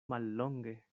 mallonge